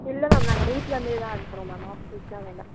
இல்லை மேம் நாங்கள் வீட்லருந்தே தான் அனுப்புகிறோம் மேம் ஹாஸ்டல்ஸ்லாம் வேண்டாம்